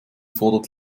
fordert